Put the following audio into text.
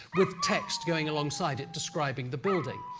with text going alongside it describing the building.